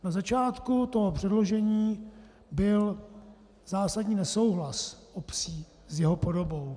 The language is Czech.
Na začátku předložení byl zásadní nesouhlas obcí s jeho podobou.